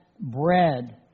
bread